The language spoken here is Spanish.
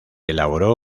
elaboró